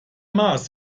mars